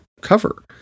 cover